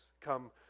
come